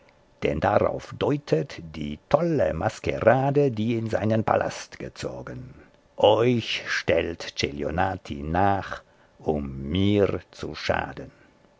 denn darauf deutet die tolle maskerade die in seinen palast gezogen euch stellt celionati nach um mir zu schaden